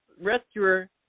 rescuer